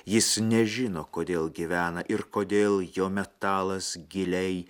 jis nežino kodėl gyvena ir kodėl jo metalas giliai